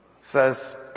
says